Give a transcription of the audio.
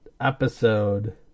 episode